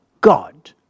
God